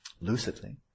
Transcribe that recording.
lucidly